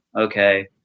okay